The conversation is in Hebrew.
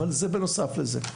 אבל זה בנוסף לזה.